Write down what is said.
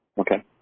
Okay